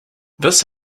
this